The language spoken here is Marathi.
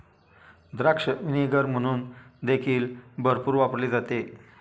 द्राक्ष व्हिनेगर म्हणून देखील भरपूर वापरले जाते